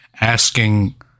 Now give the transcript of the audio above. asking